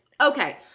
Okay